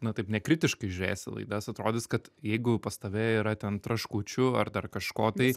na taip nekritiškai žiūrėsi į laidas atrodys kad jeigu pas tave yra ten traškučių ar dar kažko tai